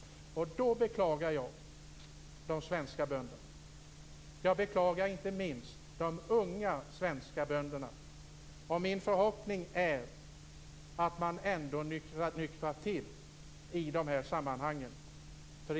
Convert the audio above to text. Då beklagar jag de svenska bönderna. Jag beklagar inte minst de unga svenska bönderna. Min förhoppning är att man ändå nyktrar till i dessa sammanhang.